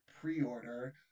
pre-order